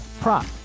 prop